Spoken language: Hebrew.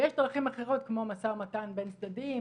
ויש דרכים אחרות כמו משא ומתן בין צדדים,